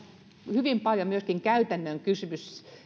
hyvin paljon myöskin käytännön kysymys